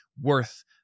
worth